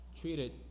treated